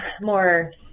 more